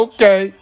Okay